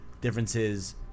differences